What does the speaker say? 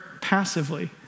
passively